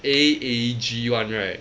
A E A_E_G one right